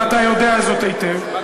ואתה יודע זאת היטב.